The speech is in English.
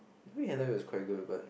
near the end it was quite good but